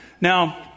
Now